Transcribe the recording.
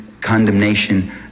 condemnation